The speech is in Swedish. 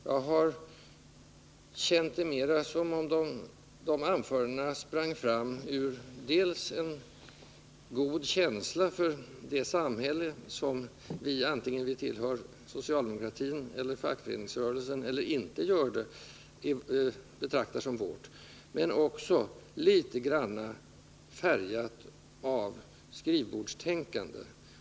Jag har känt det mera som om dessa anföranden å ena sidan bärs fram av en stark känsla för det samhälle som vi — antingen vi tillhör eller inte tillhör socialdemokratin eller fackföreningsrörelsen — betraktar som vårt, men å andra sidan är alltför mycket färgade av skrivbordstänkande.